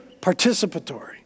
participatory